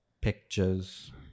pictures